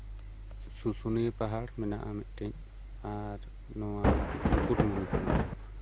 ᱥᱩᱥᱩᱱᱤᱭᱟ ᱯᱟᱦᱟᱲ ᱢᱮᱱᱟᱜᱼᱟ ᱢᱤᱫᱴᱟᱝ ᱟᱨ ᱱᱚᱣᱟ ᱢᱩᱠᱩᱴᱢᱚᱱᱤᱯᱩᱨ